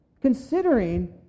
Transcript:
Considering